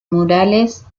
murales